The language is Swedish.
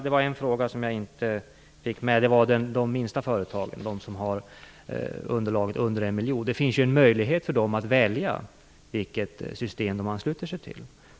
Det var en fråga som jag inte besvarade, nämligen den om de minsta företagen med skatteunderlag under en miljon. Det finns ju möjlighet för dem att välja vilket system de ansluter sig till.